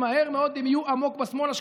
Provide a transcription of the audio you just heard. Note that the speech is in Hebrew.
ומהר מאוד הם יהיו עמוק בשמאל השקפתית.